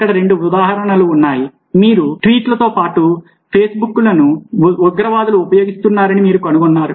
ఇక్కడ 2 ఉదాహరణలు ఉన్నాయి మరియు మీరు ట్వీట్లతో పాటు ఫేస్బుక్ను ఉగ్రవాదులు ఉపయోగిస్తున్నారని మీరు కనుగొన్నారు